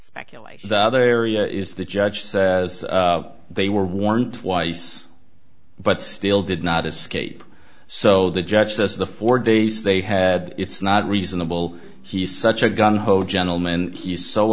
speculation the other area is the judge says they were warned twice but still did not escape so the judge says the four days they had it's not reasonable he's such a gung ho gentleman and he's so